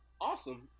awesome